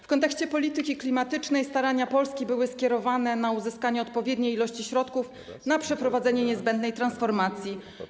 W kontekście polityki klimatycznej starania Polski były skierowane na uzyskanie odpowiedniej ilości środków na przeprowadzenie niezbędnej transformacji.